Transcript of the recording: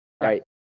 right